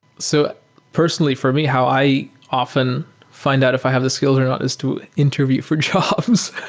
so personally, for me, how i often fi nd that if i have the skills or not is to interview for jobs.